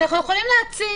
כאן הכלל הזה לא מתקיים,